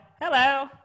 Hello